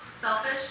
Selfish